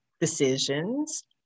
decisions